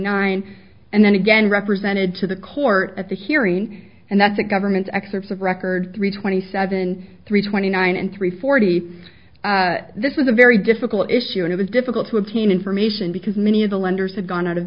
nine and then again represented to the court at the hearing and that's the government's excerpts of record three twenty seven three twenty nine and three forty this was a very difficult issue and it was difficult to obtain information because many of the lenders had gone out of